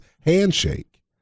handshake